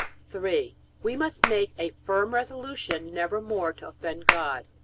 three. we must make a firm resolution never more to offend god.